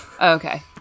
Okay